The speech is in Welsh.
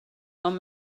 ond